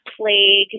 plague